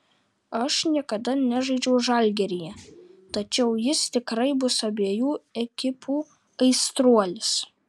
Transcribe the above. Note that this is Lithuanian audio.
aš niekada nežaidžiau žalgiryje tačiau jis tikrai bus abejų ekipų aistruolis